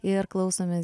ir klausomės